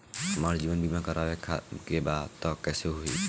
हमार जीवन बीमा करवावे के बा त कैसे होई?